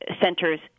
centers